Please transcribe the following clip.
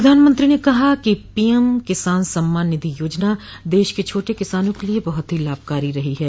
प्रधानमंत्री ने कहा कि पीएम किसान सम्मान निधि योजना देश के छोट किसानों के लिए बहुत ही लाभकारी रही है